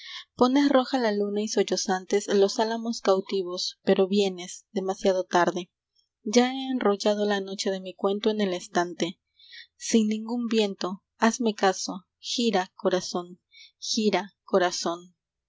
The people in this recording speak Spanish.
pones roja la luna y sollozantes los álamos cautivos pero vienes demasiado tarde ya he enrollado la noche de mi cuento en el estante sin ningún viento hazme caso gira corazón gira corazón